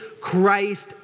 Christ